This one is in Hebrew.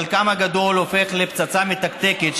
וחלקם הגדול הופכים לפצצה מתקתקת,